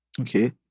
Okay